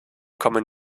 kommen